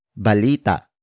Balita